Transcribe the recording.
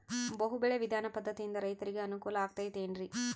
ಬಹು ಬೆಳೆ ವಿಧಾನ ಪದ್ಧತಿಯಿಂದ ರೈತರಿಗೆ ಅನುಕೂಲ ಆಗತೈತೇನ್ರಿ?